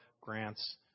grants